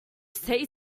say